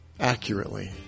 accurately